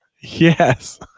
Yes